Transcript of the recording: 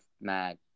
mad